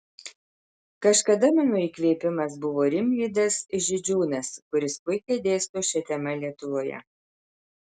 kažkada mano įkvėpimas buvo rimvydas židžiūnas kuris puikiai dėsto šia tema lietuvoje